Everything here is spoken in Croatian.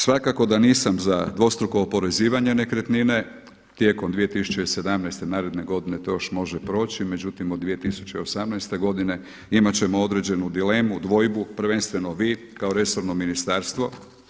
Svakako da nisam za dvostruko oporezivanje nekretnine, tijekom 2017. naredne godine to još može proći međutim od 2018. godine imat ćemo određenu dilemu, dvojbu prvenstveno vi kao resorno ministarstvo.